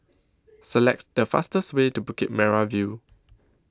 Select The fastest Way to Bukit Merah View